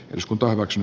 eduskunta hyväksyi